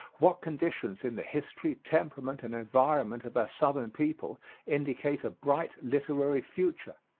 what conditions in the history, temperament and environment of our southern people indicate a bright literary future.